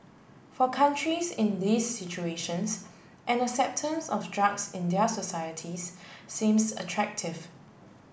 for countries in these situations an acceptance of drugs in their societies seems attractive